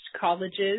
colleges